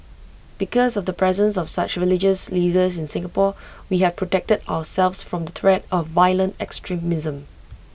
because of the presence of such religious leaders in Singapore we have protected ourselves from the threat of violent extremism